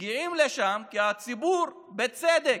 מגיעים לשם כי הציבור, בצדק,